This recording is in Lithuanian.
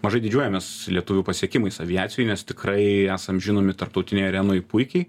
mažai didžiuojamės lietuvių pasiekimais aviacijoj nes tikrai esam žinomi tarptautinėj arenoj puikiai